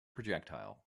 projectile